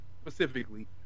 Specifically